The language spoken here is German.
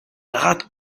gerät